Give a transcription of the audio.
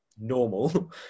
Normal